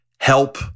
help